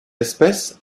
espèce